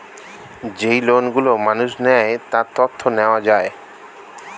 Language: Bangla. যেই লোন গুলো মানুষ নেয়, তার তথ্য নেওয়া যায়